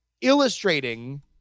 illustrating